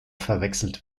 verwechselt